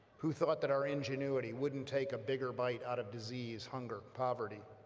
who thought that our ingenuity wouldn't take a bigger bite out of disease, hunger, poverty